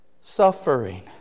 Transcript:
suffering